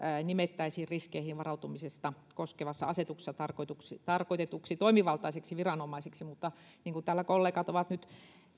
nimettäisiin riskeihin varautumista koskevassa asetuksessa tarkoitetuksi tarkoitetuksi toimivaltaiseksi viranomaiseksi mutta kun täällä kollegat ovat nyt